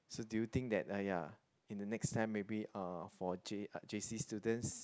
so do you think that uh ya in the next time maybe uh for J uh j_c students